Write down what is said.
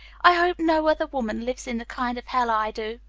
i hope no other woman lives in the kind of hell i do.